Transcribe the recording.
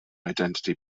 identity